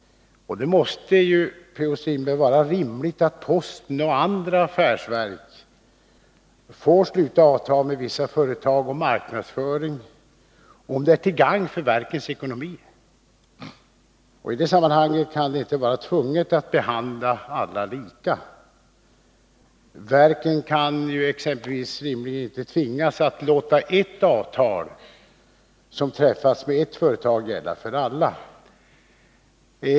Det måste ju, P.-O. Strindberg, vara rimligt att posten och andra affärsverk får sluta avtal med vissa företag om marknadsföring, om det är till gagn för verkets ekonomi. I det sammanhanget kan det inte vara tvunget att behandla alla lika. Verken kan rimligen inte t.ex. tvingas att låta ett avtal som träffas med ett företag gälla för alla.